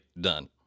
done